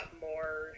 more